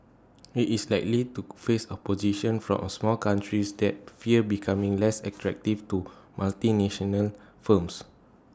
IT is likely to face opposition from small countries that fear becoming less attractive to multinational firms